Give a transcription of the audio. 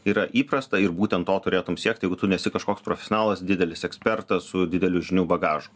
yra įprasta ir būtent to turėtum siekti jeigu tu nesi kažkoks profesionalas didelis ekspertas su dideliu žinių bagažu